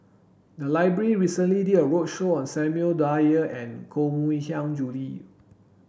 the library recently did a roadshow on Samuel Dyer and Koh Mui Hiang Julie